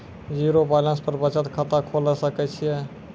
Zero balance पर बचत खाता खोले सकय छियै?